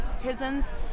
Prisons